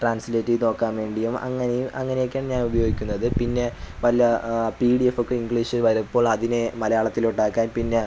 translate ചെയ്ത് നോക്കാൻ വേണ്ടിയും അങ്ങനെ അങ്ങനെയൊക്കെയാണ് ഞാൻ ഉപയോഗിക്കുന്നത് പിന്നെ വല്ല പി ഡി എഫൊക്കെ ഇംഗ്ലീഷ് വരുമ്പോൾ അതിനെ മലയാളത്തിലോട്ടാക്കാൻ പിന്നെ